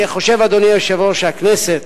אני חושב, אדוני היושב-ראש, שהכנסת